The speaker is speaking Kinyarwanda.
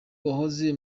wahoze